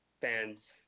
fans